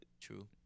True